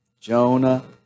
Jonah